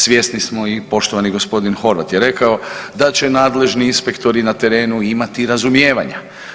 Svjesni smo i poštovani gospodin Horvat je rekao da će nadležni inspektori na terenu imati razumijevanja.